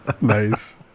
nice